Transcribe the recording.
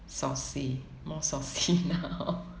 saucy more saucy now